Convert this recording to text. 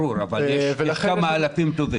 ברור, אבל יש כמה אלפים טובים.